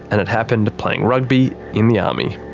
and it happened playing rugby in the army.